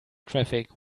traffic